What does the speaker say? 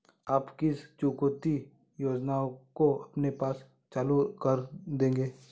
आप किस चुकौती योजना को अपने आप चालू कर देंगे?